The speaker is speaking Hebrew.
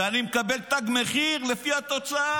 ואני הרי מקבל תג מחיר לפי התוצאה.